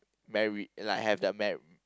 married like have the mar~